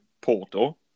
Porto